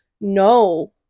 no